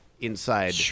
inside